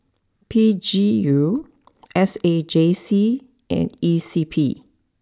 P G U S A J C and E C P